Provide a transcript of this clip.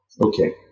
Okay